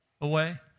away